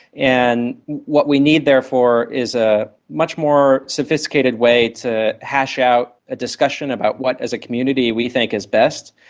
and what we need therefore is a much more sophisticated way to hash out a discussion about what as a community we think is best,